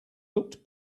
looked